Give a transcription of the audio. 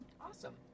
Awesome